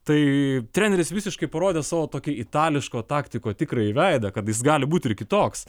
tai treneris visiškai parodė savo tokį itališko taktiko tikrąjį veidą kad jis gali būti ir kitoks